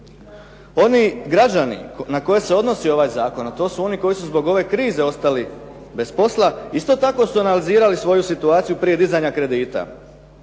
Oni građani na koje se odnosi ovaj zakon a to su oni koji su zbog ove krize ostali bez posla isto tako su analizirali svoju situaciju prije dizanja kredita